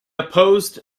opposed